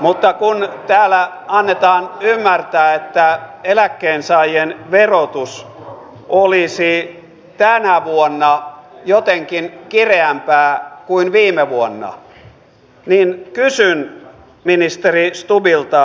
mutta kun täällä annetaan ymmärtää että eläkkeensaajien verotus olisi tänä vuonna jotenkin kireämpää kuin viime vuonna niin kysyn ministeri stubbilta